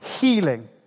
healing